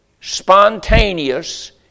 spontaneous